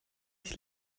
ich